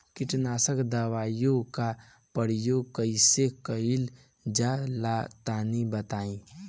कीटनाशक दवाओं का प्रयोग कईसे कइल जा ला तनि बताई?